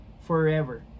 forever